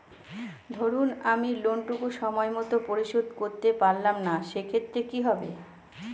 ধরুন আমি লোন টুকু সময় মত পরিশোধ করতে পারলাম না সেক্ষেত্রে কি হবে?